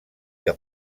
que